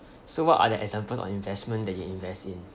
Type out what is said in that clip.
so what are the examples on investment that you invest in